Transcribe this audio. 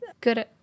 good